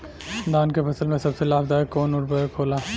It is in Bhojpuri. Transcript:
धान के फसल में सबसे लाभ दायक कवन उर्वरक होला?